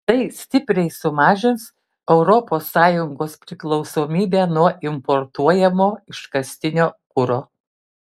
tai stipriai sumažins europos sąjungos priklausomybę nuo importuojamo iškastinio kuro